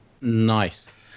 nice